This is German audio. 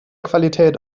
qualität